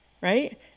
right